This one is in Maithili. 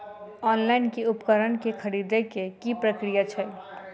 ऑनलाइन मे उपकरण केँ खरीदय केँ की प्रक्रिया छै?